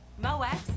Moex